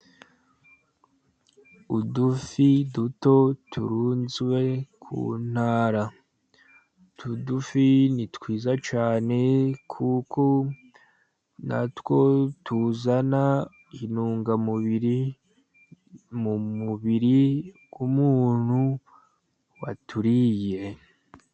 Udufi duto turunzwe ku ntara .Utu dufi ni twiza cyane kuko na two tuzana intungamubiri mu mubiri w'umuntu waturiye.